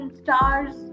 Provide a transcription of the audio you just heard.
stars